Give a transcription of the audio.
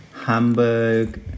Hamburg